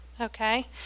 okay